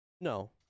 No